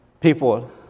people